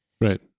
Right